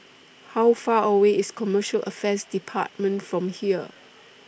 How Far away IS Commercial Affairs department from here